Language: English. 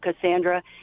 Cassandra